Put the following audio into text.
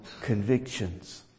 convictions